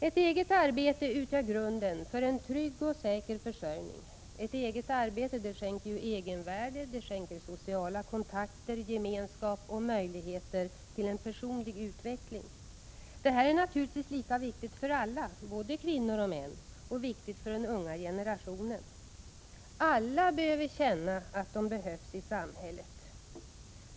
Ett eget arbete utgör grunden för en trygg och säker försörjning. Ett eget arbete skänker egenvärde, sociala kontakter, gemenskap och möjligheter till en personlig utveckling. Det här är naturligtvis lika viktigt för alla, både kvinnor och män, och viktigt för den unga generationen. Alla behöver känna att de behövs i samhället.